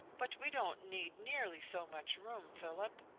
but we don't need nearly so much room, philip.